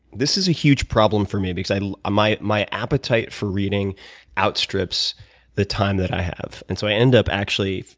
this is a huge problem for me because my my appetite for reading outstrips the time that i have. and so, i end up actually,